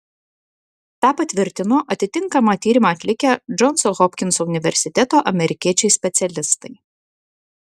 tą patvirtino atitinkamą tyrimą atlikę džonso hopkinso universiteto amerikiečiai specialistai